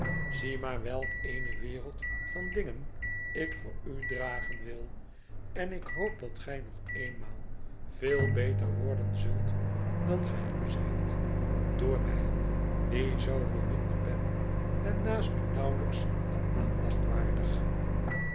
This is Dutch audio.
zie maar welk eene wereld van dingen ik voor u dragen wil en ik hoop dat gij nog eenmaal veel beter worden zult dan gij nu zijt door mij die zooveel minder ben en naast u nauwelijks de aandacht waardig